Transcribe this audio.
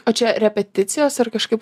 o čia repeticijos ar kažkaip